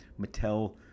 Mattel